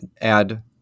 add